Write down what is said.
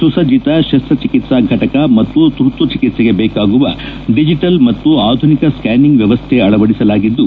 ಸುಸಟ್ಟಿತ ಶಸ್ತ್ರಚಿತ್ಸಾ ಫಟಕ ಮತ್ತು ತುರ್ತುಚಿಕಿತ್ಸೆಗೆ ಬೇಕಾಗುವ ಡಿಟಿಟಲ್ ಮತ್ತು ಆಧುನಿಕ ಸ್ಕ್ಕಾನಿಂಗ್ ವ್ಯವಸ್ಥೆ ಅಳವಡಿಸಲಾಗಿದ್ದು